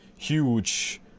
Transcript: Huge